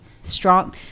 strong